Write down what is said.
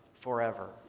forever